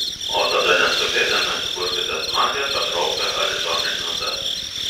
o tada neskubėdami sukurkite smagią patrauklią ar įdomią žinutę